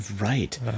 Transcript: Right